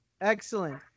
Excellent